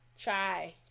try